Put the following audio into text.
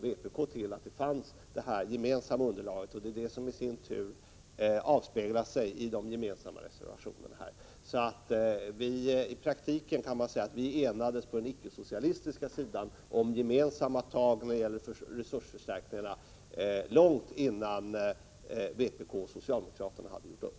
Även vpk kände till detta gemensamma underlag. Det är ju det som avspeglas i de gemensamma reservationerna. Vi på den icke-socialistiska sidan enades alltså i praktiken om gemensamma tag när det gällde resursförstärkningarna långt innan vpk och socialdemokraterna hade gjort upp.